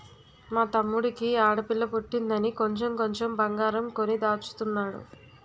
మా తమ్ముడికి ఆడపిల్ల పుట్టిందని కొంచెం కొంచెం బంగారం కొని దాచుతున్నాడు